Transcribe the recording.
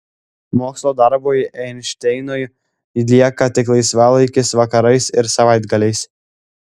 mokslo darbui einšteinui lieka tik laisvalaikis vakarais ir savaitgaliais